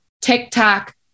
TikTok